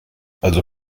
also